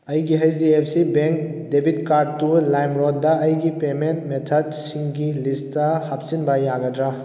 ꯑꯩꯒꯤ H D F C bank debit ꯀꯥꯔꯠꯇꯨ ꯂꯥꯏꯝꯔꯣꯠꯇ ꯑꯩꯒꯤ ꯄꯦꯃꯦꯟ ꯃꯦꯊꯠꯁꯤꯡꯒꯤ ꯂꯤꯁꯇ ꯍꯥꯞꯆꯤꯟꯕ ꯌꯥꯒꯗ꯭ꯔꯥ